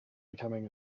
becoming